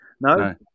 No